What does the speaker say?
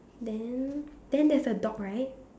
then then there's a dog right